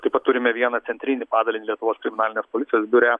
taip pat turime vieną centrinį padalinį lietuvos kriminalinės policijos biure